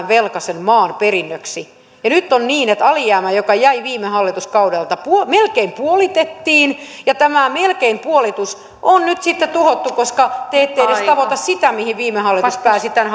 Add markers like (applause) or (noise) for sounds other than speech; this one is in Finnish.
(unintelligible) velkaisen maan perinnöksi ja nyt on niin että alijäämä joka jäi viime hallituskaudelta melkein puolitettiin ja tämä melkein puolitus on nyt sitten tuhottu koska te ette edes tavoita sitä mihin viime hallitus pääsi tämän (unintelligible)